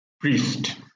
priest